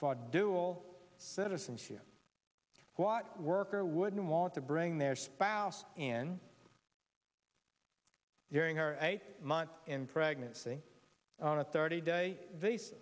for dual citizenship what worker wouldn't want to bring their spouse in during her eight month in pregnancy on a thirty day